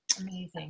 Amazing